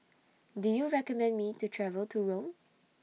Do YOU recommend Me to travel to Rome